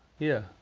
yeah.